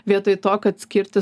vietoj to kad skirti